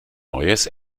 neues